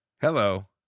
Hello